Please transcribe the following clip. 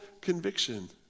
conviction